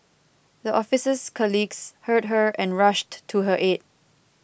the officer's colleagues heard her and rushed to her aid